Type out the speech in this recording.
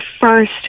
first